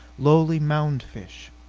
lowly mound-fish.